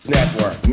Network